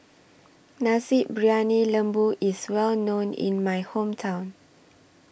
Nasi Briyani Lembu IS Well known in My Hometown